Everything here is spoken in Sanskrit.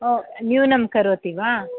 ओ न्यूनं करोति वा